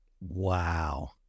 Wow